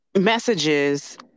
messages